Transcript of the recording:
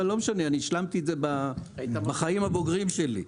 אבל השלמתי את זה בחיים הבוגרים שלי.